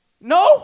No